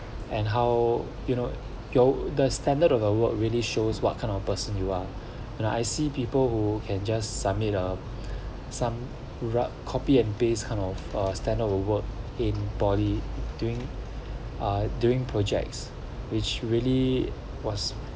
and how you know your the standard of a work really shows what kind of person you are and I see people who can just submit ah some rough copy and paste kind of uh stand our work in poly during ah during projects which really was